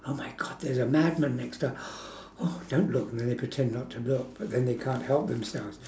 oh my god there's a mad man next to us oh don't look then they pretend not to look but then they can't help themselves